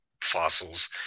fossils